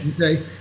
Okay